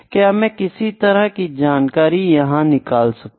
क्या मैं किसी तरह की जानकारी यहां से निकाल सकता हूं